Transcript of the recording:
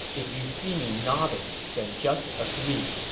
if you see me nodding, then just agree.